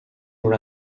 were